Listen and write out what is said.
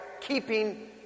keeping